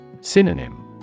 Synonym